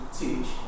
teach